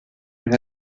une